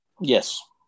Yes